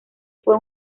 fue